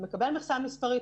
מקבל מכסה מספרית,